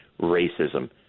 racism